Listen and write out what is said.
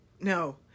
No